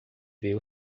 ver